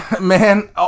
man